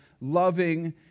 loving